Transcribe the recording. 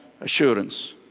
assurance